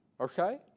okay